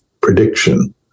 prediction